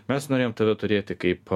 mes norėjom tave turėti kaip